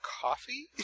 coffee